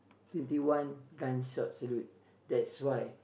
fifty one times up to read that's why